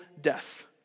death